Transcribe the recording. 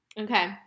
Okay